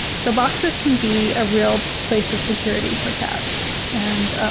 so boxes can be a real place of security for cats and, ah